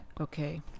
okay